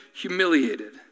humiliated